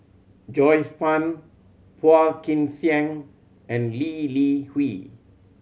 Joyce Fan Phua Kin Siang and Lee Li Hui